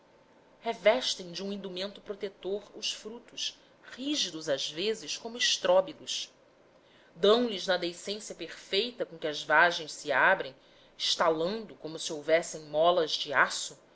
revestem de um indumento protetor os frutos rígidos às vezes como estróbilos dão lhes na deiscência perfeita com que as vagens se abrem estalando como se houvessem molas de aço